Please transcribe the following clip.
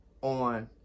on